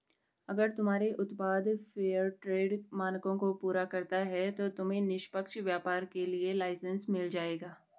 अगर तुम्हारे उत्पाद फेयरट्रेड मानकों को पूरा करता है तो तुम्हें निष्पक्ष व्यापार के लिए लाइसेन्स मिल जाएगा